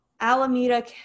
Alameda